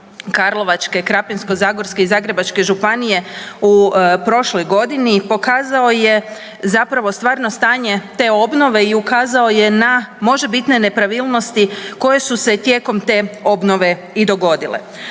Karlovačke, Krapinsko-zagorske i Zagrebačke županije u prošloj godini pokazao je zapravo stvarno stanje te obnove i ukazao je na možebitne nepravilnosti koje su se tijekom te obnove i dogodile.